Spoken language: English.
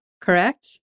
correct